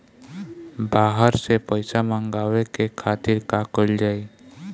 बाहर से पइसा मंगावे के खातिर का कइल जाइ?